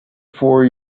for